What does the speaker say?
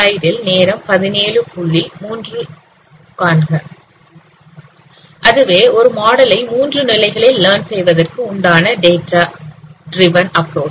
ஆகவே அது ஒரு மாடலை மூன்று நிலைகளில் லர்ன் செய்வதற்கு உண்டான டேட்டா துருவன் அப்புரோச்